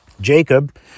Jacob